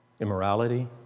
immorality